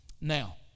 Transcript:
Now